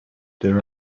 there